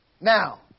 Now